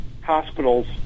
hospitals